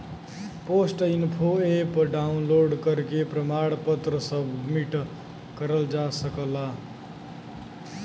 post info app download करके प्रमाण पत्र सबमिट करल जा सकला